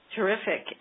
Terrific